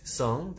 song